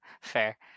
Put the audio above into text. Fair